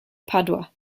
padua